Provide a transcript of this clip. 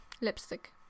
lipstick